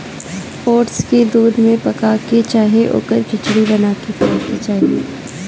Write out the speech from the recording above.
oats के दूध में पका के चाहे ओकर खिचड़ी बना के खाए के चाही